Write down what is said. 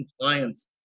compliance